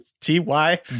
T-Y